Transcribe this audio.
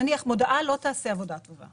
נניח, מודעה לא תעשה עבודה טובה.